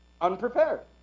unprepared